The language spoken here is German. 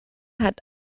hat